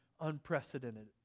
unprecedented